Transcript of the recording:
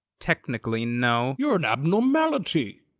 technically, no. you're an abnormality.